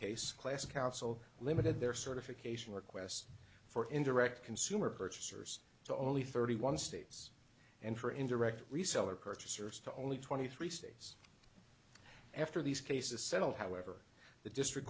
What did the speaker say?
case class council limited their certification request for indirect consumer purchasers to only thirty one states and for indirect reseller purchasers to only twenty three states after these cases settled however the district